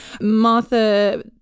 Martha